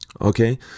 okay